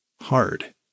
Hard